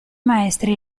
maestri